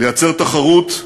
לייצר תחרות,